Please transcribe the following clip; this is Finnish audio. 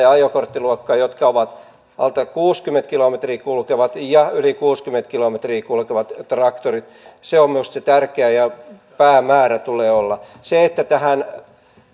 ajokorttiluokkaa jotka ovat alta kuusikymmentä kilometriä tunnissa kulkevat ja yli kuusikymmentä kilometriä tunnissa kulkevat traktorit on minusta se tärkeä ja päämäärä tulee olla tähän